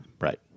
Right